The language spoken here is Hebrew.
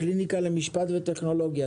הקליניקה למשפט וטכנולוגיה,